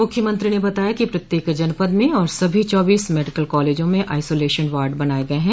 उन्होंने बताया कि प्रत्येक जनपद में और सभी चौबीस मेडिकल कालेजों में आइसोलेशन वार्ड बनाये गये हैं